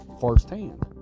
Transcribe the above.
firsthand